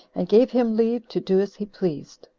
and gave him leave to do as he pleased.